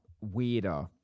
weirder